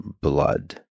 blood